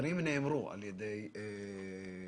הדברים נאמרו על ידי האוזר.